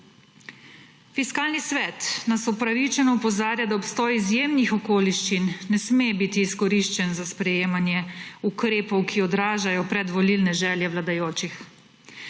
Fiskalni svet nas upravičeno opozarja, da obstoj izjemnih okoliščin ne sme biti izkoriščen za sprejemanje ukrepov, ki odražajo predvolilne želje vladajočih.